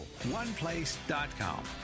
OnePlace.com